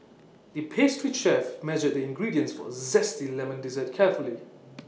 the pastry chef measured the ingredients for A Zesty Lemon Dessert carefully